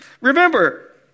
Remember